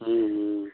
हूँ हूँ